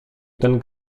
ten